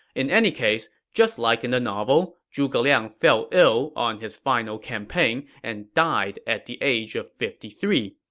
in any case, just like in the novel, zhuge liang fell ill on his final campaign and died at the age of fifty three.